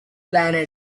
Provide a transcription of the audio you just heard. planet